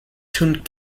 tuned